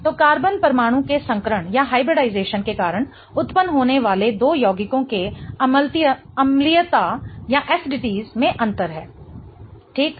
तो कार्बन परमाणु के संकरण के कारण उत्पन्न होने वाले दो यौगिकों के अम्लीयता में अंतर है ठीक